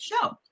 show